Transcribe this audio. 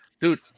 Dude